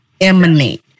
emanate